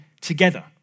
together